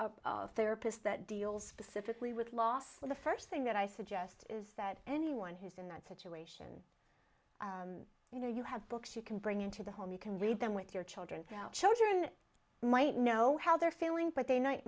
a therapist that deals specifically with loss of the first thing that i suggest is that anyone who's in that situation you know you have books you can bring into the home you can read them with your children children might know how they're feeling but they know it